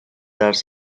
ders